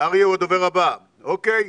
אריה הוא הדובר הבא, אוקיי.